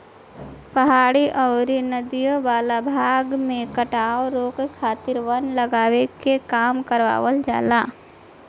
पहाड़ी अउरी नदियों वाला भाग में कटाव रोके खातिर वन लगावे के काम करवावल जाला